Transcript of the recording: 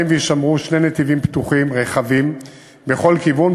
ויישמרו שני נתיבים פתוחים רחבים בכל כיוון,